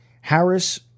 Harris